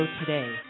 today